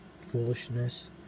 foolishness